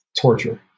torture